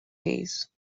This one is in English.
days